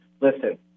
Listen